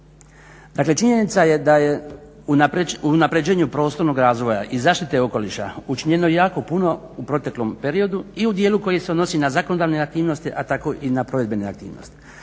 činjenica je da je unaprjeđenju prostornog razvoja i zaštite okoliša učinjeno jako puno u proteklom periodu i u dijelu koji se odnosi na zakonodavne aktivnosti, a tako i na provedbene aktivnosti.